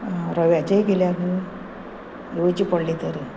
आं रव्याचेय केल्या तर येवचें पडली तर